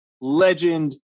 Legend